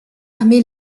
armés